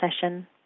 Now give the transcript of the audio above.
session